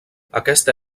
aquesta